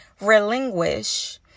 relinquish